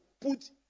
put